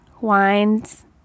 wines